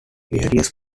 various